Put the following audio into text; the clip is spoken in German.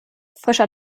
frischer